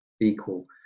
equal